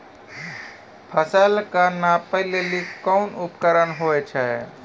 फसल कऽ नापै लेली कोन उपकरण होय छै?